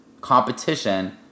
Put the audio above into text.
competition